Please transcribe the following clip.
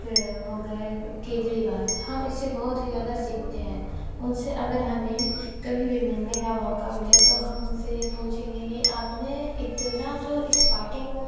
हो गए केजरीवाल हम इस्से बहुत ही ज़्यादा सीखते हैं उनसे अगर हमें कभी भी मिलने का मौका मिले तो हम उनसे ये पूछेंगे कि आपने इतना जो इस पार्टी को